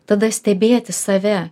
tada stebėti save